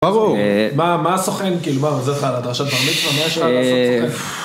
ברור, מה מה סוכן כאילו, מה עוזר לך על הדרשת בר מצווה, מה יש לך לעשות סוכן?